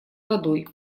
водой